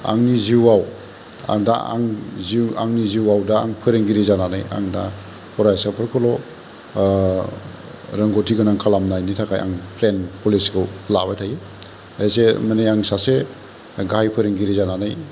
आंनि जिउआव आं दा आं जिउ आंनि जिउआव दा आं फोरोंगिरि जानानै आं दा फरायसाफोरखौल' रोंगौथिगोनां खालामनायनि थाखाय आं प्लेन पलिसिखौ लाबाय थायो जे माने आं सासे गाहाइ फोरोंगिरि जानानै